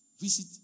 Visit